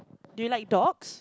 do you like dogs